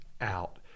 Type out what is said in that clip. out